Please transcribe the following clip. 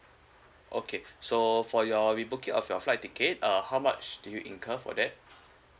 okay so for your re booking of your flight ticket uh how much do you incur for that